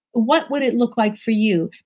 what would it look like for you?